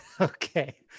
Okay